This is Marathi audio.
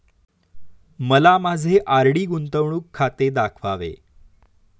मला माझे आर.डी गुंतवणूक खाते दाखवावे